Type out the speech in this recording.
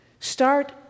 Start